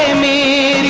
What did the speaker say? and may